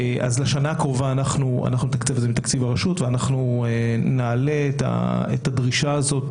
לשנה הקרובה אנחנו נתקצב את זה מתקציב הרשות ואנחנו נעלה את הדרישה הזאת